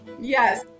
Yes